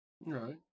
right